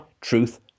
truth